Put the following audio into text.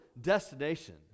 destination